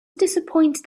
disappointed